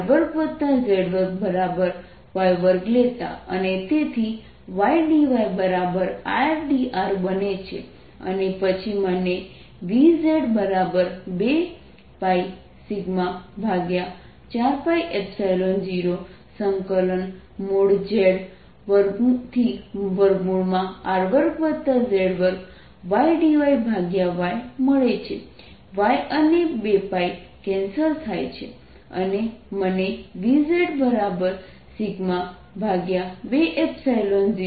r2z2y2 લેતા અને તેથી ydyrdr બને છે અને પછી મને Vz2πσ4π0|z|R2z2ydyyમળે છે y અને 2π કેન્સલ થાય છે અને મને Vz20R2z2 z મળે છે